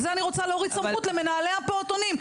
בגלל זה אני רוצה להוריד סמכות למנהלי הפעוטונים.